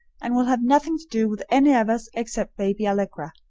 and will have nothing to do with any of us except baby allegra.